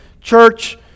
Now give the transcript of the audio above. church